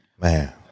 Man